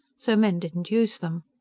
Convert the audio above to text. so men didn't use them.